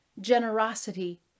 generosity